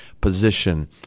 position